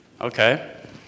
Okay